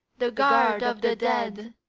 the guard of the dead,